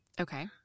Okay